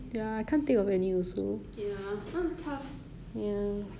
so good looks or fit body what would you prefer